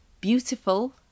beautiful